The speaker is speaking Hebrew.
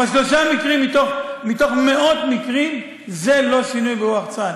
אבל שלושה מקרים מתוך מאות מקרים זה לא שינוי ברוח צה"ל.